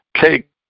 cake